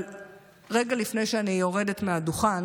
אבל רגע לפני שאני יורדת מהדוכן